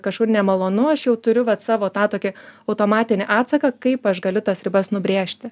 kažkur nemalonu aš jau turiu vat savo tą tokį automatinį atsaką kaip aš galiu tas ribas nubrėžti